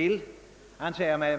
län.